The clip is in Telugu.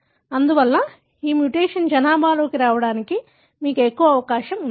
అందువల్ల ఈ మ్యుటేషన్ జనాభాలోకి రావడానికి మీకు ఎక్కువ అవకాశం ఉంది